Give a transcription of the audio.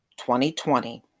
2020